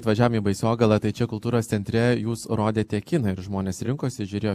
atvažiavom į baisogalą tai čia kultūros centre jūs rodėte kiną ir žmonės rinkosi žiūrėjo